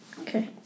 Okay